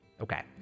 Okay